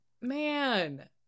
man